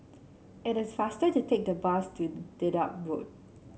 it is faster to take the bus to Dedap Road